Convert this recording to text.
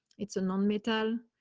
it's a non metal.